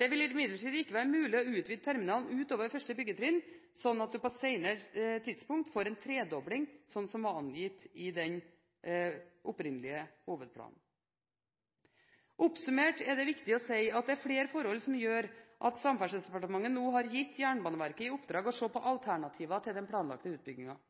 Det vil imidlertid ikke være mulig å utvide terminalen utover første byggetrinn, sånn at man på et senere tidspunkt får en tredobling, som det var angitt i den opprinnelige hovedplanen. Oppsummert er det viktig å si at det er flere forhold som gjør at Samferdselsdepartementet nå har gitt Jernbaneverket i oppdrag å se på alternativer til den planlagte utbyggingen.